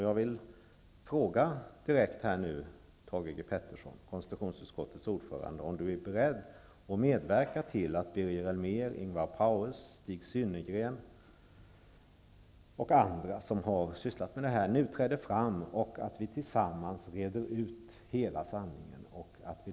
Jag vill fråga konstitutionsutskottets ordförande Thage G. Peterson om han är beredd att medverka till att Birger Ellmér, Ingvar Paues, Stig Synnergren och andra som har sysslat med detta nu träder fram och att vi tillsammans reder ut hela sanningen.